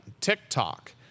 TikTok